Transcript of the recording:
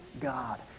God